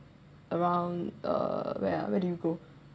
around uh where ah where do you go